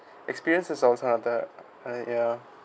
experience is also another uh ya